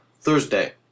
thursday